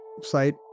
site